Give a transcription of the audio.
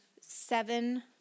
seven